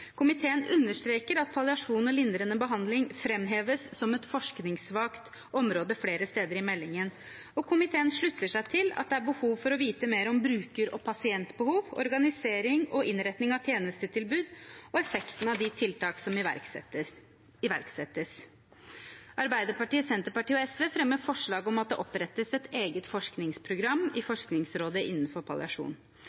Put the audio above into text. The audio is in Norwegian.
Komiteen understreker at palliasjon og lindrende behandling framheves som et forskningssvakt område flere steder i meldingen, og komiteen slutter seg til at det er behov for å vite mer om bruker- og pasientbehov, organisering og innretting av tjenestetilbud og effekten av de tiltak som iverksettes. Arbeiderpartiet, Senterpartiet og SV fremmer forslag om at det opprettes et eget forskningsprogram i